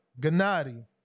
Gennady